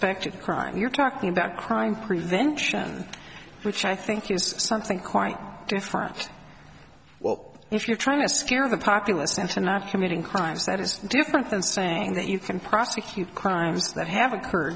suspected crime you're talking about crime prevention which i think is something quite different well if you're trying to scare the populace cincinatti committing crimes that is different than saying that you can prosecute crimes that have occurred